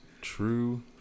true